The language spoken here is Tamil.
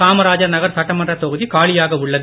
காமராஜர் நகர் சட்டமன்ற தொகுதி காலியாக உள்ளது